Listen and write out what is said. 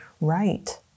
right